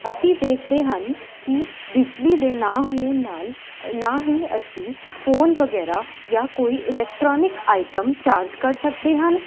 ਅਸੀਂ ਦੇਖਦੇ ਹਨ ਕਿ ਬਿਜਲੀ ਦੇ ਨਾ ਹੋਣ ਨਾਲ ਨਾ ਹੀ ਅਸੀਂ ਫ਼ੋਨ ਵਗੈਰਾ ਜਾਂ ਕੋਈ ਇਲੈਕਟ੍ਰੋਨਿਕ ਆਈਟਮ ਚਾਰਜ ਕਰ ਸਕਦੇ ਹਨ